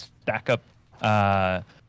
stack-up